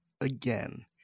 again